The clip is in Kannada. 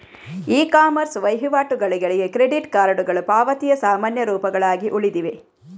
ಇ ಕಾಮರ್ಸ್ ವಹಿವಾಟುಗಳಿಗೆ ಕ್ರೆಡಿಟ್ ಕಾರ್ಡುಗಳು ಪಾವತಿಯ ಸಾಮಾನ್ಯ ರೂಪಗಳಾಗಿ ಉಳಿದಿವೆ